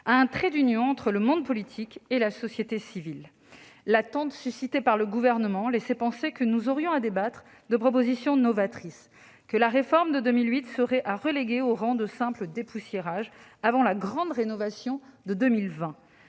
à un « trait d'union entre le monde politique et la société civile ». L'attente suscitée par le Gouvernement laissait penser que nous aurions à débattre de propositions novatrices, que la réforme de 2008 serait à reléguer au rang de simple dépoussiérage avant la grande rénovation de 2020.